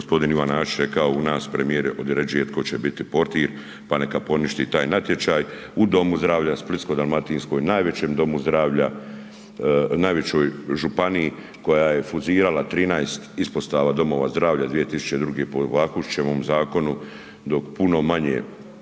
g. Ivan Nasić rekao u nas premijer određuje tko će biti portir, pa neka poništi taj natječaj u domu zdravlja Splitsko-dalmatinskoj, najvećem domu zdravlja, najvećoj županiji koja je fuzirala 13 ispostava domova zdravlja 2002. po Vakušićevom zakonu, dok puno manje